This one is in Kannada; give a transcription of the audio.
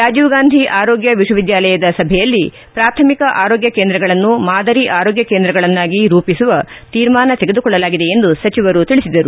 ರಾಜೀವ್ಗಾಂಧಿ ಆರೋಗ್ಯ ವಿಶ್ವವಿದ್ಯಾಲಯದ ಸಭೆಯಲ್ಲಿ ಪ್ರಾಥಮಿಕ ಆರೋಗ್ಯ ಕೇಂದ್ರಗಳನ್ನು ಮಾದರಿ ಆರೋಗ್ಯ ಕೇಂದ್ರಗಳನ್ನಾಗಿ ರೂಪಿಸುವ ತೀರ್ಮಾನ ತೆಗೆದುಕೊಳ್ಳಲಾಗಿದೆ ಎಂದು ಸಚಿವರು ತಿಳಿಸಿದರು